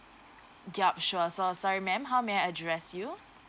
yup sure so sorry ma'am how may I address you